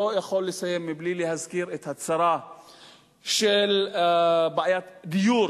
לא יכול לסיים בלי להזכיר את הצרה של בעיית הדיור.